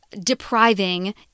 depriving